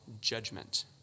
judgment